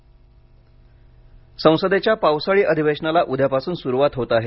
संसद संसदेच्या पावसाळी अधिवेशनाला उद्यापासून सुरुवात होत आहे